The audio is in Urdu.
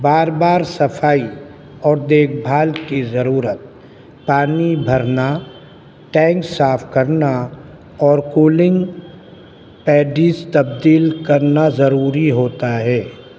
بار بار صفائی اور دیکھ بھال کی ضرورت پانی بھرنا ٹینک صاف کرنا اور کولنگ پیڈیز تبدیل کرنا ضروری ہوتا ہے